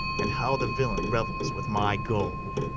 and how the villain revels with my gold.